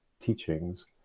teachings